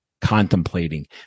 contemplating